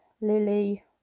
lily